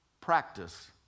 Practice